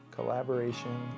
Collaboration